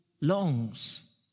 longs